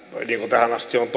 tähän asti on on